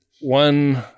one